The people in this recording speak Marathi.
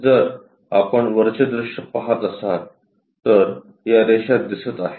जर आपण वरचे दृश्य पहात असाल तर या रेषा दिसत आहेत